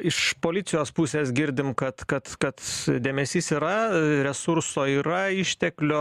iš policijos pusės girdim kad kad kad dėmesys yra resurso yra išteklio